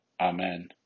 Amen